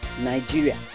Nigeria